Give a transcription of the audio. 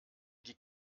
die